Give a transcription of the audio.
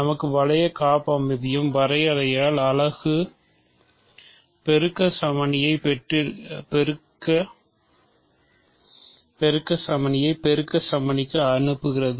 நமக்கு வளைய காப்பமைவியம் வரையறையால் அலகு பெருக்க சமணியை பெருக்க சமணிக்கு அனுப்புகிறது